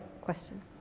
Question